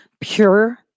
pure